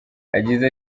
yagize